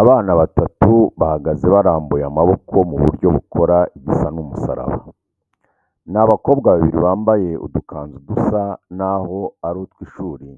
Abana batatu bahagaze barambuye amaboko mu buryo bakora igisa n'umusaraba. Ni abakobwa babiri bambaye udukanzu dusa n'aho ari utw'ishuri